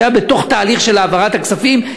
שהיה בתוך תהליך של העברת הכספים,